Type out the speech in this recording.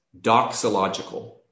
doxological